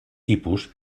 tipus